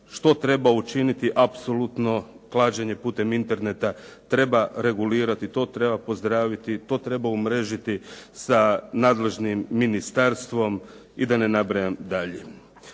što treba učiniti, apsolutno klađenje putem interneta treba regulirati, to treba pozdraviti, to treba umrežiti sa nadležnim ministarstvom i da ne nabrajam dalje.